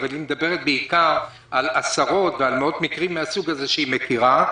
אבל היא מדברת בעיקר על עשרות ועל מאות מקרים מן הסוג הזה שהיא מכירה.